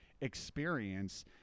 experience